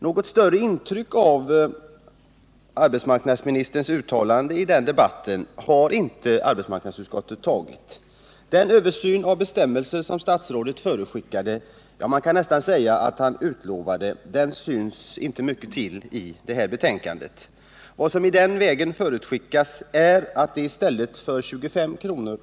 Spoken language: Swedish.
Något större intryck av arbetsmarknadsministerns uttalanden i den debatten har inte arbetsmarknadsutskottet tagit. Den översyn av bestämmelserna som statsrådet förutskickade — ja, man kan nästan säga att han utlovade den — syns inte mycket till i betänkandet. Vad som i den vägen förutskickas är att det i stället för 25 kr.